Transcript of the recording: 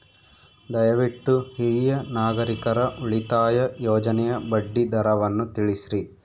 ದಯವಿಟ್ಟು ಹಿರಿಯ ನಾಗರಿಕರ ಉಳಿತಾಯ ಯೋಜನೆಯ ಬಡ್ಡಿ ದರವನ್ನು ತಿಳಿಸ್ರಿ